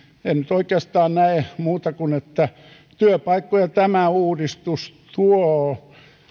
en nyt oikeastaan näe muuta kuin että työpaikkoja tämä uudistus tuo